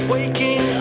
Waking